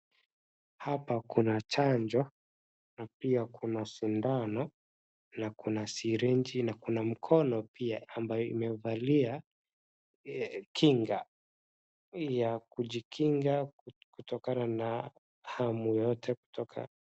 Hapa kuna chanjo, na pia kuna sindano, na kuna syringe , na kuna mkono pia ambayo imevalia kinga ya kujikinga ku, kutokana na hamu yoyote kutoka.